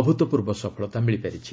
ଅଭୂତପୂର୍ବ ସଫଳତା ମିଳିପାରିଛି